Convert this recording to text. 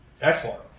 Excellent